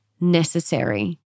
necessary